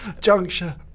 juncture